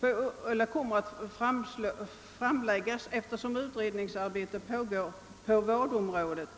på vårdområdet